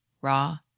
raw